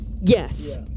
Yes